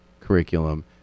curriculum